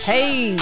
Hey